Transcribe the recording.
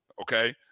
okay